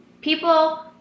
people